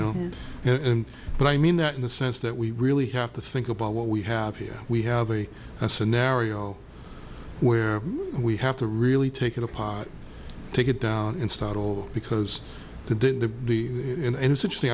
know and but i mean that in the sense that we really have to think about what we have here we have a scenario where we have to really take it apart take it down and start over because the the and it's interesting